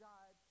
God